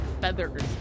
feathers